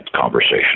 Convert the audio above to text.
conversation